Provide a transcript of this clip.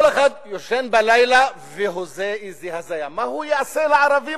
כל אחד ישן בלילה והוזה איזה הזיה מה הוא יעשה לערבים